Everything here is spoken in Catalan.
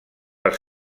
per